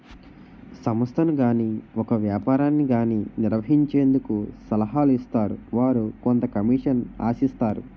సంస్థను గాని ఒక వ్యాపారాన్ని గాని నిర్వహించేందుకు సలహాలు ఇస్తారు వారు కొంత కమిషన్ ఆశిస్తారు